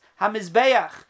HaMizbeach